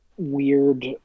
weird